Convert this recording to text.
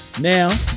Now